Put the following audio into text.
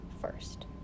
first